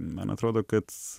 man atrodo kad